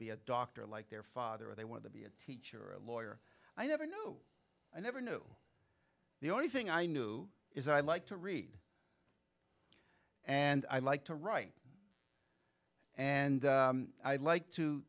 be a doctor like their father or they wanted to be a teacher or a lawyer i never knew i never knew the only thing i knew is that i like to read and i like to write and i like to